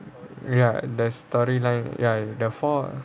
ya the storyline ya the four